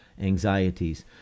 anxieties